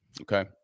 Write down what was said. Okay